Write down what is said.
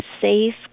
safe